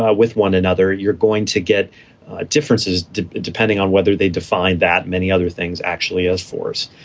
ah with one another, you're going to get differences depending on whether they define that many other things actually as force,